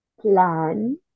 plan